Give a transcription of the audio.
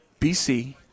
BC